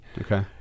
Okay